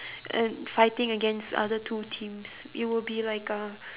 and fighting against other two teams it would be like a